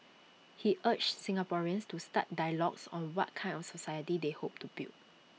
he urged Singaporeans to start dialogues on what kind of society they hope to build